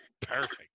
perfect